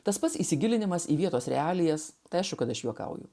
tas pats įsigilinimas į vietos realijas tai aišku kad aš juokauju